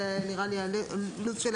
זה נראה לי לב העניין.